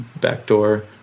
backdoor